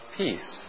peace